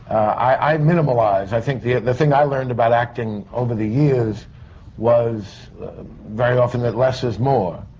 i minimalize. i think the. the thing i learned about acting over the years was very often that less is more.